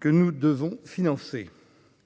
que nous devons financer.